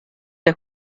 der